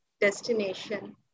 destination